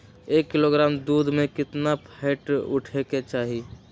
एक किलोग्राम दूध में केतना फैट उठे के चाही?